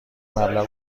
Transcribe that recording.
مبلغ